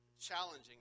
challenging